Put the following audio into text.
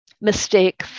mistake